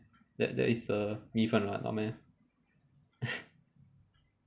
that that is err 米粉 [what] not meh